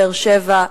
באר-שבע,